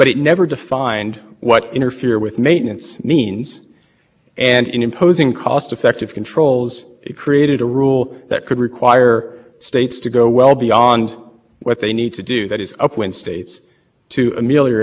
need to do that is up when states to ameliorate interference with maintenance in downwind areas and the only brake on that was cost and we know from the supreme court's opinion that that's not good enough